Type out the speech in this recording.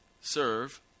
serve